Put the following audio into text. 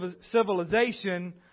civilization